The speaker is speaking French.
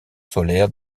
solaire